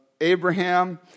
Abraham